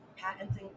patenting